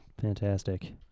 fantastic